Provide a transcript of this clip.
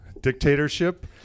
dictatorship